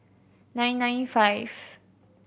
nine nine five